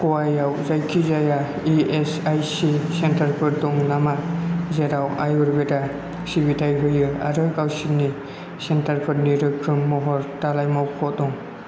गवायाव जायखिजाया इएसआईसि सेन्टारफोर दं नामा जेराव आयुरभेडा सिबिथाइ होयो आरो गावसिनि सेन्टारफोरनि रोखोम महर दालाइ मावख' दं